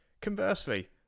Conversely